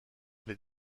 les